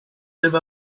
live